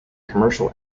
commercial